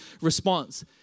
response